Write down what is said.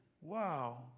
wow